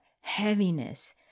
heaviness